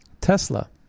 Tesla